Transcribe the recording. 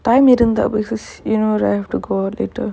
time இருந்தா:irunthaa you know right have to go later